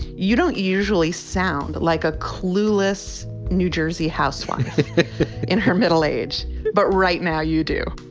you don't usually sound like a clueless new jersey housewife in her middle age but right now you do.